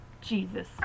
Jesus